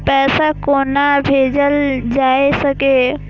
पैसा कोना भैजल जाय सके ये